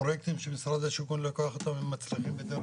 פרויקטים של משרד השיכון הם מצליחים בדרך